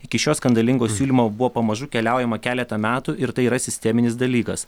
iki šio skandalingo siūlymo buvo pamažu keliaujama keletą metų ir tai yra sisteminis dalykas